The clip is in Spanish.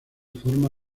forma